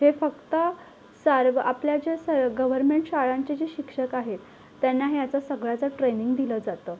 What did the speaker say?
हे फक्त सर्व आपल्या ज्या सर गव्हर्नमेंट शाळांचे जे शिक्षक आहेत त्यांना ह्याचं सगळ्यांचं ट्रेनिंग दिलं जातं